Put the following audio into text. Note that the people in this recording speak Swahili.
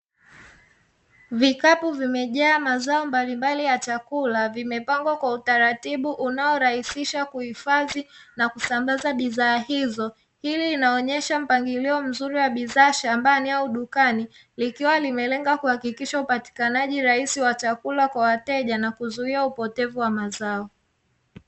Vikapu vimejaa mazao mbalimbali ya chakula, vimepangwa kwa utaratibu unaorahisisha kuhifadhi na kusambaza bidhaa hizo, hili linaonyesha mpangilio mzuri wa bidhaa shambani au dukani, likiwa limelenga kuhakikisha upatikanaji rahisi wa chakula kwa wateja na kuzuia upotevu wa mazao.